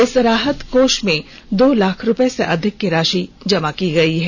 इस राहत कोष में दो लाख रुपये से अधिक की राषि जमा की गई है